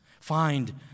Find